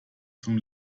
zum